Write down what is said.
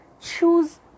choose